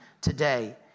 today